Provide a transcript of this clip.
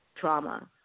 trauma